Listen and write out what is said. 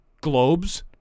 globes